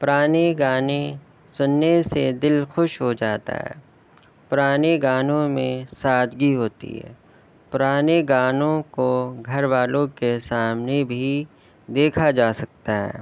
پرانے گانے سننے سے دل خوش ہو جاتا ہے پرانے گانوں میں سادگی ہوتی ہے پرانے گانوں کو گھر والوں کے سامنے بھی دیکھا جا سکتا ہے